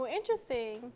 Interesting